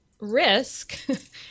risk